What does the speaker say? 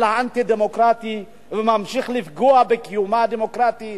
האנטי-דמוקרטי וממשיך לפגוע בקיומה הדמוקרטי,